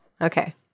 Okay